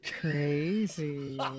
crazy